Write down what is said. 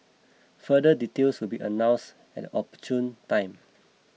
further details will be announced at an opportune time